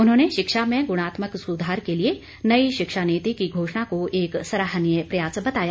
उन्होंने शिक्षा में गुणात्मक सुधार के लिए नई शिक्षा नीति की घोषणा को एक सराहनीय प्रयास बताया